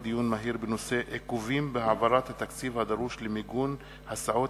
עיכובים בהעברת התקציב הדרוש למיגון הסעות